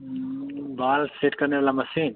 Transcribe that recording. बाल सेट करने वाली मशीन